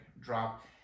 drop